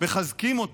מחזקים אותו.